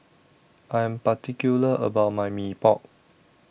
I Am particular about My Mee Pok